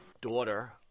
daughter